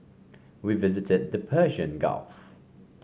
we visited the Persian Gulf